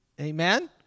Amen